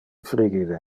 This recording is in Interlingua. frigide